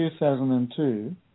2002